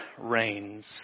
reigns